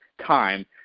time